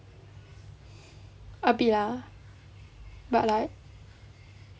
a bit lah but like